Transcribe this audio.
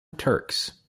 turks